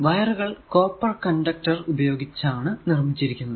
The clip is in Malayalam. വയറുകൾ കോപ്പർ കണ്ടക്ടർ ഉപയോഗിച്ചാണ് നിർമിച്ചിരിക്കുന്നത്